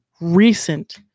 recent